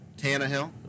Tannehill